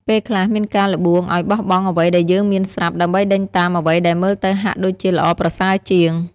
ពេលខ្លះមានការល្បួងឲ្យបោះបង់អ្វីដែលយើងមានស្រាប់ ដើម្បីដេញតាមអ្វីដែលមើលទៅហាក់ដូចជាល្អប្រសើរជាង។